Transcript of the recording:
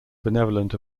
benevolent